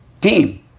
team